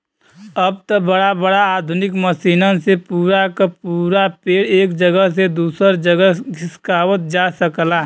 अब त बड़ा बड़ा आधुनिक मसीनन से पूरा क पूरा पेड़ एक जगह से दूसर जगह खिसकावत जा सकला